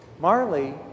Marley